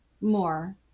more